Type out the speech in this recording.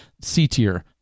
C-tier